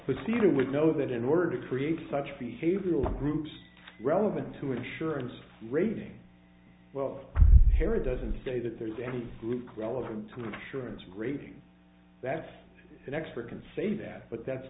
you would know that in order to create such behavioral groups relevant to insurance rating well here it doesn't say that there's any group relevant to surance rating that an expert can say that but that's